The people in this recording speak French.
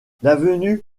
l’avenue